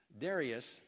Darius